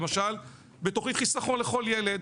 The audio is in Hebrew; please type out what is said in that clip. למשל בתכנית חסכון לכל ילד.